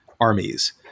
armies